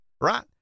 right